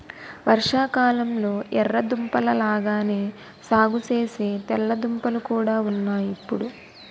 వర్షాకాలంలొ ఎర్ర దుంపల లాగానే సాగుసేసే తెల్ల దుంపలు కూడా ఉన్నాయ్ ఇప్పుడు